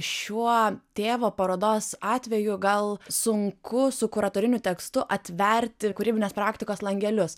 šiuo tėvo parodos atveju gal sunku su kuratoriniu tekstu atverti kūrybinės praktikos langelius